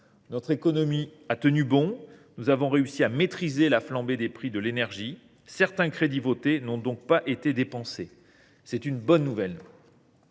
Notre économie a tenu bon, nous avons réussi à maîtriser la flambée des prix de l’énergie. Certains crédits adoptés n’ont donc pas été dépensés. C’est une bonne nouvelle.